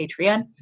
Patreon